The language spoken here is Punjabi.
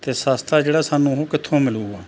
ਅਤੇ ਸਸਤਾ ਜਿਹੜਾ ਸਾਨੂੰ ਉਹ ਕਿੱਥੋਂ ਮਿਲੂਗਾ